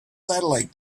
satellite